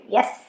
Yes